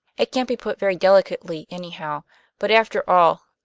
it can't be put very delicately anyhow but, after all,